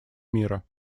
мира